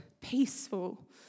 peaceful